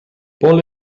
paul